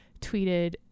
tweeted